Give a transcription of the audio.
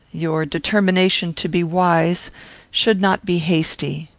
your determination to be wise should not be hasty.